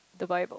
the Bible